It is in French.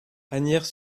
asnières